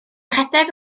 rhedeg